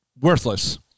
worthless